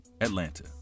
Atlanta